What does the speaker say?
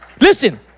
Listen